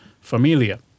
Familia